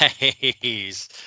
nice